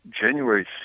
January